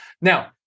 Now